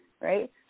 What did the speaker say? right